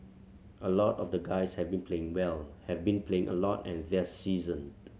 a lot of the guys have been playing well have been playing a lot and they're seasoned